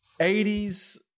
80s